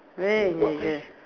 very dangerous